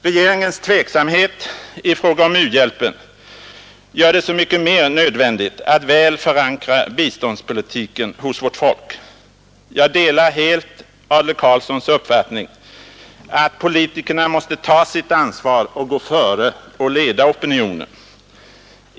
Regeringens tveksamhet i fråga om u-hjälpen gör det så mycket mer nödvändigt att väl förankra biståndspolitiken hos vårt folk. Jag delar helt Adler-Karlssons uppfattning att politikerna måste ta sitt ansvar och gå före och leda opinionen.